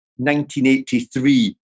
1983